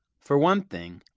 for one thing,